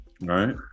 right